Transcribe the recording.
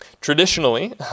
Traditionally